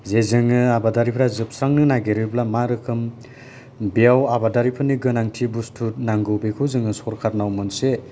जे जोङो आबादारिफ्रा जोबस्रांनो नागेरोब्ला मा रोखोम बेयाव आबादारिनि गोनांथि बुसथु नांगौ बेखौ जोङो सरखारनाव मोनसे